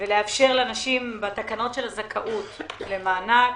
ולאפשר לאנשים בתקנות של הזכאות למענק.